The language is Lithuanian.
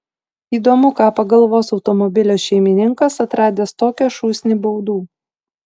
įdomu ką pagalvos automobilio šeimininkas atradęs tokią šūsnį baudų